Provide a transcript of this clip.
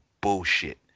bullshit